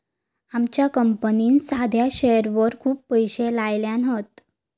आमच्या कंपनीन साध्या शेअरवर खूप पैशे लायल्यान हत